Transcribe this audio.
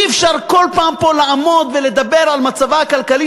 אי-אפשר כל פעם פה לעמוד ולדבר על מצבה הכלכלי